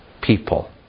people